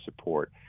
support